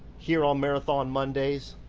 here on marathon mondays.